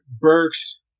Burks